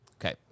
Okay